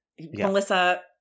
Melissa